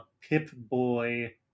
Pip-Boy